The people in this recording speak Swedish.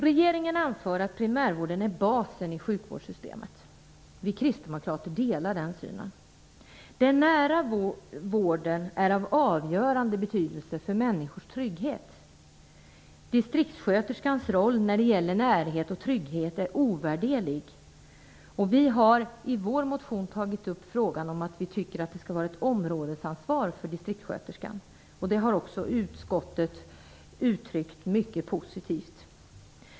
Regeringen anför att primärvården är basen i sjukvårdssystemet. Vi kristdemokrater delar denna syn. Den nära vården är av avgörande betydelse för människors trygghet. Distriktssköterskans roll när det gäller närhet och trygghet är ovärderlig. Vi har i vår motion tagit upp frågan om att det borde finnas områdesansvar för distrikssköterskor. Det har utskottet också varit positivt till.